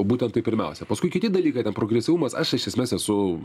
būtent taip pirmiausia paskui kiti dalykai ten progresyvumas aš iš esmės esu